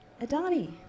Adani